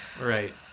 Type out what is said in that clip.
Right